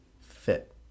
fit